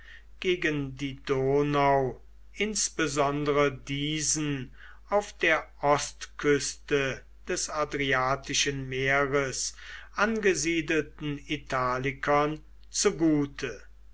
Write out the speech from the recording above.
gegen die donau insbesondere diesen auf der ostküste des adriatischen meeres angesiedelten italikern zugute